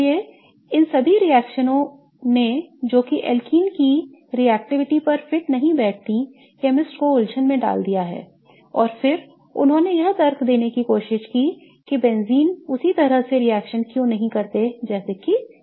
इसलिए इन सभी रिएक्शनओं ने जो कि alkenes की रिएक्शनशीलता पर फिट नहीं बैठती केमिस्ट को उलझन में डाल दिया हैऔर फिर उन्होंने यह तर्क देने की कोशिश की कि बेंजीन उसी तरह रिएक्शन क्यों नहीं करते हैं जैसे कि alkenes